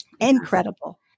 incredible